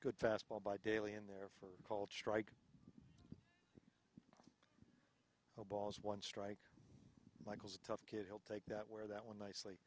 good fastball by daly in there for called strike balls one strike michael's a tough kid he'll take that where that one nicely